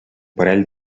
parell